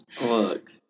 Look